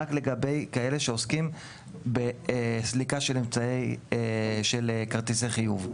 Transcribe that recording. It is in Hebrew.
רק לגבי כאלה שעוסקים בסליקה של כרטיסי חיוב.